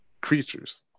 creatures